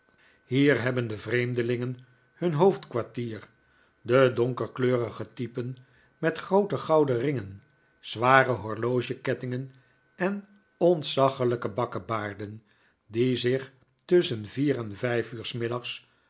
hier hebben de vreemdelingen hun hoofdkwartier de donkerkleurige typen met groote gouden ringen zware horlogekettingen en ontzaglijke bakkebaarden die zich tusschen vier en vijf uur s middags